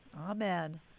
Amen